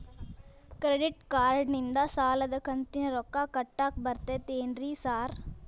Credit ಕಾರ್ಡನಿಂದ ಸಾಲದ ಕಂತಿನ ರೊಕ್ಕಾ ಕಟ್ಟಾಕ್ ಬರ್ತಾದೇನ್ರಿ ಸಾರ್?